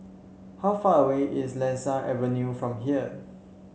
how far away is Lasia Avenue from here